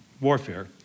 warfare